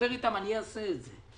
אני אעשה את זה.